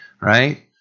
right